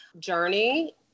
journey